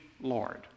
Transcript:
Lord